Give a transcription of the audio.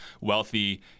wealthy